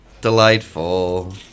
delightful